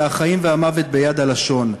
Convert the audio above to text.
והחיים והמוות ביד הלשון.